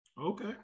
Okay